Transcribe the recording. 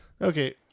Okay